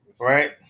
right